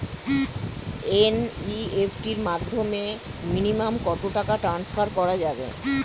NEFT এর মাধ্যমে minimum কত টাকা টান্সফার করা যাবে?